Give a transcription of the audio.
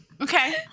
Okay